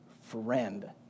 friend